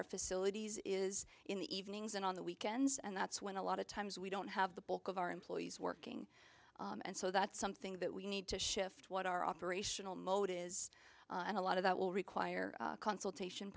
our facilities is in the evenings and on the weekends and that's when a lot of times we don't have the bulk of our employees working and so that's something that we need to shift what our operational mode is and a lot of that will require consultation